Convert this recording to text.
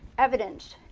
evidence.